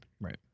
right